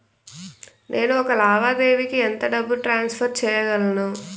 నేను ఒక లావాదేవీకి ఎంత డబ్బు ట్రాన్సఫర్ చేయగలను?